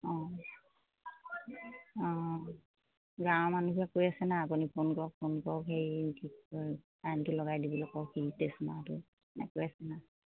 অঁ অঁ গাঁৱৰ মানুহবোৰে কৈ আছে নাই আপুনি ফোন কৰক ফোন কৰক হেৰি কি কয় কাৰেণ্টটো লগাই দিবলৈ কওক কি ট্ৰেঞ্চফৰ্মাৰ এইটো এনেকৈ আছে নাই